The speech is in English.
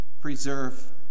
preserve